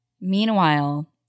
Meanwhile